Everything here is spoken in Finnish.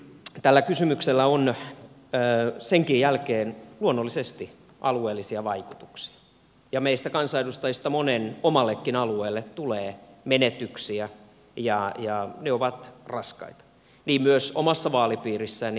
tällä kysymyksellä on senkin jälkeen luonnollisesti alueellisia vaikutuksia ja meistä kansanedustajista monen omallekin alueelle tulee menetyksiä ja ne ovat raskaita niin myös omassa vaalipiirissäni